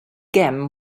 gem